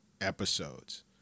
Episodes